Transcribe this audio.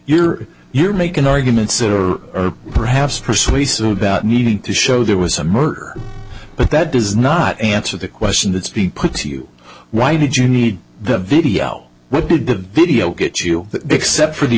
your you're making arguments or perhaps persuasive about needing to show there was a murder but that does not answer the question that's been put to you why did you need the video what did the video get you except for the